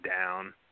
down